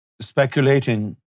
speculating